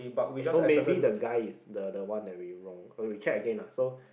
so maybe the guy is the the one that we wrong uh we check again lah so